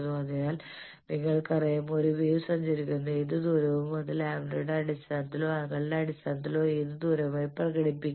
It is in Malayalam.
അതിനാൽ നിങ്ങൾക്കറിയാം ഒരു വേവ് സഞ്ചരിക്കുന്ന ഏത് ദൂരവും അത് ലാംഡയുടെ അടിസ്ഥാനത്തിലോ ആംഗിളിന്റെ അടിസ്ഥാനത്തിലോ ഒരു ദൂരമായി പ്രകടിപ്പിക്കാം